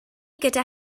gyda